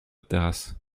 terrasse